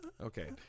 Okay